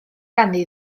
ganddi